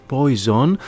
Poison